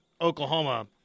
Oklahoma